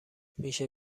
میشه